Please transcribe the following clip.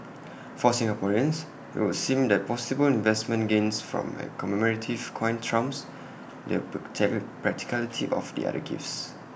for Singaporeans IT would seem that possible investment gains from A commemorative coin trumps the practicality of the other gifts